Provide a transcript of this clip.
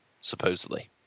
supposedly